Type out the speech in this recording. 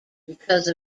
because